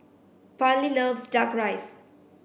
parley loves duck rice